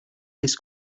this